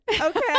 Okay